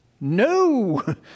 No